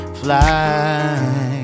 fly